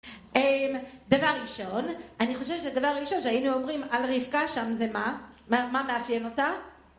דבר ראשון, אני חושבת שהדבר ראשון שהיינו אומרים על רבקה שם זה מה? מה מאפיין אותה?